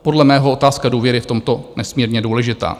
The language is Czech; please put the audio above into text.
Podle mého je otázka důvěry v tomto nesmírně důležitá.